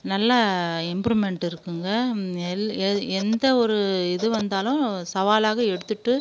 நல்லா இம்ப்ரூவ்மெண்ட் இருக்குங்க எல் எ எந்த ஒரு இது வந்தாலும் சவாலாக எடுத்துகிட்டு